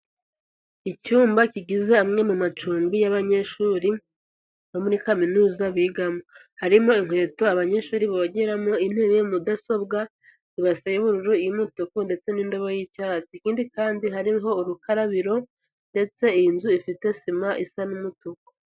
Icyumba kigize amwe mu macumbi y'abanyeshuri, bo muri kaminuza bigamo. Harimo inkweto abanyeshuri bogeramo, intebe, mudasobwa, ibase y'ubururu, iy'umutuku, ndetse n'indobo y'icyatsi. Ikindi kandi hariho urukarabiro, ndetse iyi nzu ifite sima isa n'umutuku.